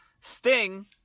Sting